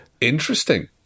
Interesting